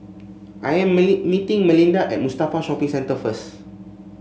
I am meeting Malinda at Mustafa Shopping Centre first